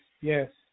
yes